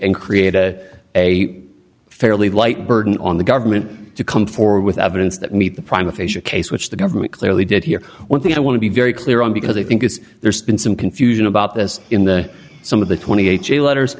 and create a fairly light burden on the government to come forward with evidence that meet the prime aphasia case which the government clearly did hear one thing i want to be very clear on because i think it's there's been some confusion about this in the some of the twenty eight letters